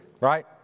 right